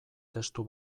testu